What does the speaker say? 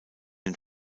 den